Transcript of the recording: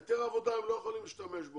בהיתר עבודה הם לא יכולים להשתמש,